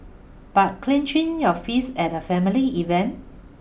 but clinching your fist at a family event